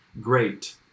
Great